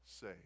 say